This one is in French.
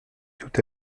tout